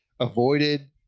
avoided